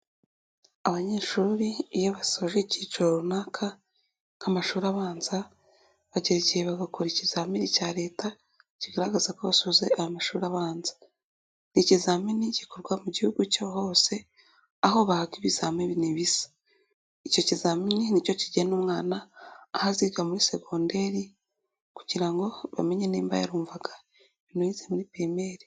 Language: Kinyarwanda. Abanyeshuri iyo basoje icyiciro runaka nk'amashuri abanza, bagera igihe bagakora ikizamini cya Leta kigaragaza ko basoza aya mashuri abanza, ikizamini gikorwa mu gihugu cya hose aho bahaga ibizamini bisa, icyo kizamini ni cyo kigena umwana aho aziga muri segonderi kugira ngo bamenye nimba yarumvaga ibintu yize muri pirimeri.